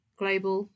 global